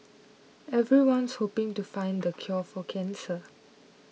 everyone's hoping to find the cure for cancer